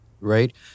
Right